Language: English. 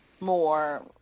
more